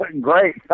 great